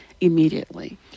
immediately